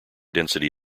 density